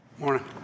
morning